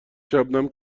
شبنم